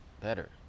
better